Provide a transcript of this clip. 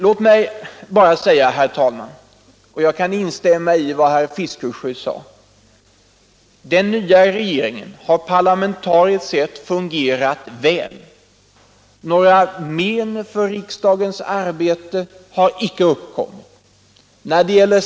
Låt mig bara säga, herr talman — jag kan här instämma i vad herr Fiskesjö yttrade — att den nya regeringen parlamentariskt sett har fungerat väl. Några men för riksdagens arbete har sålunda icke uppkommit.